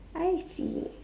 I see